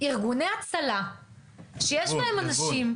ארגוני ההצלה שיש בהם אנשים.